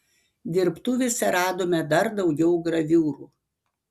dirbtuvėse radome dar daugiau graviūrų